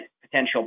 potential